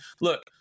look